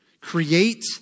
create